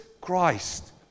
Christ